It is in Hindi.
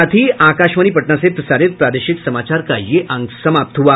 इसके साथ ही आकाशवाणी पटना से प्रसारित प्रादेशिक समाचार का ये अंक समाप्त हुआ